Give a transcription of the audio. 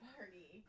Party